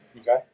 Okay